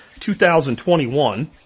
2021